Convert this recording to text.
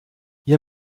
ihr